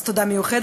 אז תודה מיוחדת,